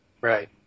Right